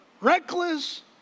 reckless